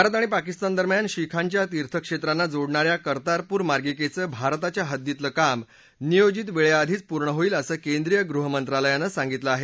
भारत आणि पाकिस्तान दरम्यान शीखांच्या तीर्थक्षेत्रांना जोडणाऱ्या कर्तारपूर मार्गिकेचं भारताच्या हद्दीतलं काम निर्धारित वेळेआधीच पूर्ण होईल असं केंद्रीय गृह मंत्रालयानं सांगितलं आहे